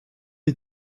est